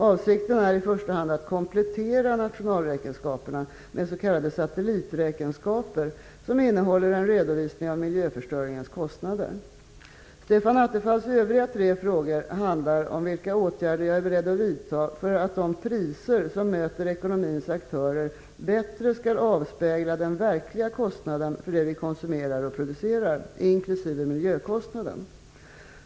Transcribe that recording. Avsikten är i första hand att komplettera nationalräkenskaperna med s.k. satelliträkenskaper som innehåller en redovisning av miljöförstöringens kostnader. Stefan Attefalls övriga tre frågor handlar om vilka åtgärder jag är beredd att vidta för att de priser som möter ekonomins aktörer bättre skall avspegla den verkliga kostnaden för det vi konsumerar och producerar, inkl. miljökostnaden.